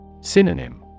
Synonym